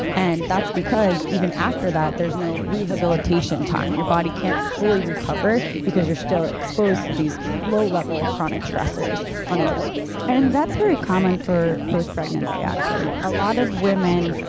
and that's because even after that there's no rehabilitation time. your body can't fully recover because you're still exposed to these low-level chronic stressors on a daily basis and that's very common for post-pregnancy, actually. a lot of women.